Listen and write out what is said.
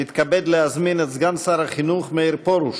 אני מתכבד להזמין את סגן שר החינוך מאיר פרוש